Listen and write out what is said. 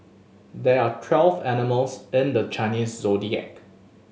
there are twelve animals in the Chinese Zodiac